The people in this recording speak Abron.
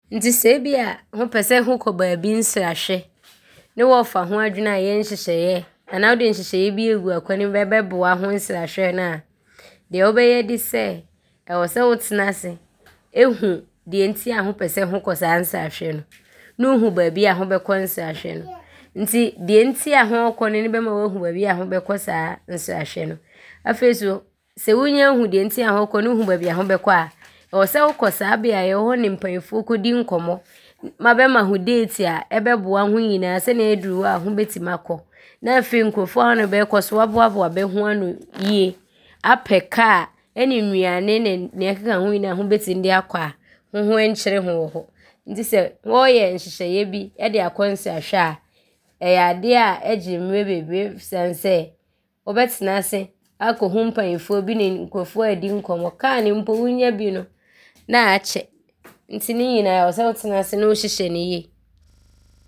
Nti sɛ ebia ho pɛ sɛ ho kɔ baabi nsrahwɛ ne wɔɔfa ho adwene aayɛ nhyehyɛeɛ anaa wode nhyehyɛeɛ bi ɔɔgu akwan ne mu a ɔbɛboa ho nsrahwɛ no a, deɛ wobɛyɛ ne sɛ, ɔwɔ sɛ wotena ase hu deɛ nti a ho pɛ sɛ hokɔ saa nsrahwɛ no ne wohu baabi a ho bɛkɔ saa nsrahwɛ no. Nti deɛ nti a ho ɔɔkɔ ne bɛma hoahu baabi a ho bɛkɔ saa nsrahwɛ no. Afei so sɛ honya hu deɛ nti a ho ɔɔkɔ ne honya hu baabi a ho bɛkɔ a, ɔwɔ sɛ wokɔ saa beaeɛ hɔ ne mpanimfoɔ kɔdi nkɔmmɔ ma bɛma ho deeti a ɔbɛboa ho nyinaa sɛdeɛ ɔbɛyɛ a ɔduru hɔ a ho bɛtim akɔ ne afei nkurofoɔ a wo ne bɛ ɔɔkɔ so woaboaboa bɛ ho ano yie apɛ kaa a ne nnuane ne deɛ ɔkeka ho nyinaa a ho bɛtim de akɔ a ho ho ɔnkyere ho wɔ hɔ nti sɛ wɔɔyɔ nhyehyɛeɛ bi de akɔ nsrahwɛ a, ɔyɔ adeɛ a ɔgye mmerɛ bebree esiane sɛ wobɛtena ase aakɔhu mpanimfoɔ bi ne nkurofoɔ aadi nkɔmmɔ. Kaa ne mpo honnya bi no, ne aakyɛ nti ne nyinaa ɔwɔ sɛ wotena ase ne wohyehyɛ ne yie.